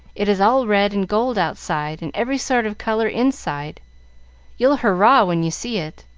it is all red and gold outside, and every sort of color inside you'll hurrah when you see it.